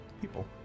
people